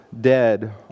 dead